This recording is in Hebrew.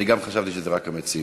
גם אני חשבתי שזה רק המציעים.